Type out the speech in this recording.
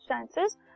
substances